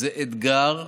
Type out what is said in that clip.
זה אתגר עולמי.